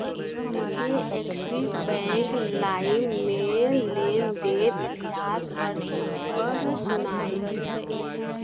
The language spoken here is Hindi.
मुझे एक्सिस बैंक लाइम में लेन देन इतिहास पढ़ पढ़ सुनाएँ